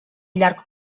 llarg